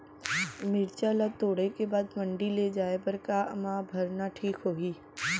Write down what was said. मिरचा ला तोड़े के बाद मंडी ले जाए बर का मा भरना ठीक होही?